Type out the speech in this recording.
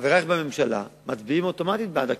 חברייך בממשלה מצביעים אוטומטית בעד הקיצוץ.